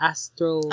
Astro